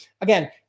again